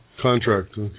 Contract